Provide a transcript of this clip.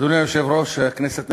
אדוני היושב-ראש, כנסת נכבדה,